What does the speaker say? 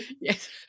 Yes